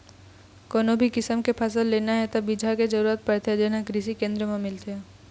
कोनो भी किसम के फसल लेना हे त बिजहा के जरूरत परथे जेन हे कृषि केंद्र म मिलथे